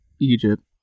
Egypt